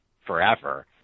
forever